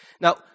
Now